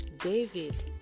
david